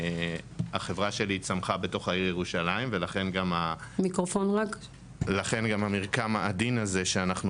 החברה שלי צמחה בתוך העיר ירושלים ולכן גם המרקם העדין הזה שאנחנו